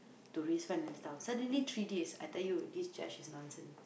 to re spend the stuff suddenly three days I tell you this judge is nonsense